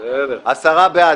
10 בעד.